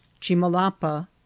CHIMALAPA